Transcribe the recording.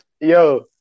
yo